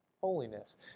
holiness